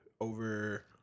over